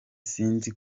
sinzi